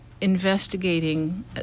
investigating